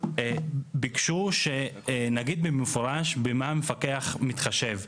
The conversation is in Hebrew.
הייתה שנגיד במפורש במה מפקח מתחשב.